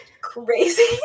crazy